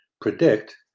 predict